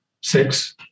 six